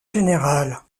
général